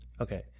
Okay